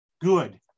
good